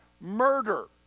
murder